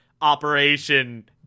operation